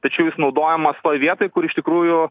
tačiau jis naudojamas toj vietoj kur iš tikrųjų